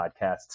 podcasts